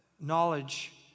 Knowledge